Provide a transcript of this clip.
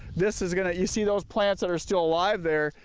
this is gonna, you see those plants that are still alive there.